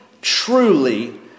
truly